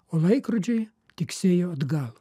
o laikrodžiai tiksėjo atgal